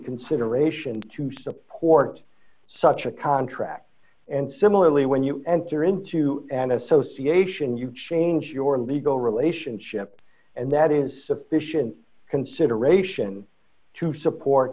consideration to support such a contract and similarly when you enter into an association you change your legal relationship and that is sufficient consideration to support